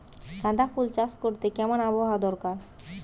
গাঁদাফুল চাষ করতে কেমন আবহাওয়া দরকার?